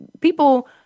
people